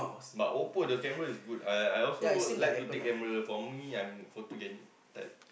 but Oppo the camera is good I I also like to take camera for me I'm photogenic type